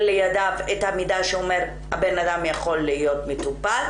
לידיו את המידע שאומר שהאדם יכול להיות מטופל,